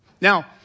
Now